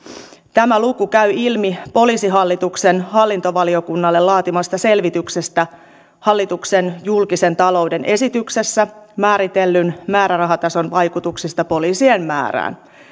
tämä luku käy ilmi poliisihallituksen hallintovaliokunnalle laatimasta selvityksestä hallituksen julkisen talouden esityksessä määritellyn määrärahatason vaikutuksista poliisien määrään niin